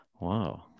wow